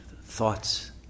thoughts